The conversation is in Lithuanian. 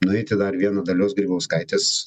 nueiti dar vieną dalios grybauskaitės